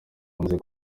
bamaze